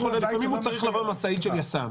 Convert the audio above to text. לפעמים הוא צריך לבוא עם משאית של יס"מ.